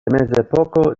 mezepoko